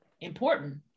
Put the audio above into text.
important